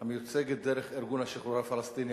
המיוצגת דרך ארגון השחרור הפלסטיני,